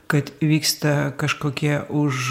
kad vyksta kažkokie už